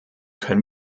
können